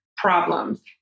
problems